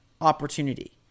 opportunity